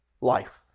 life